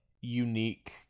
unique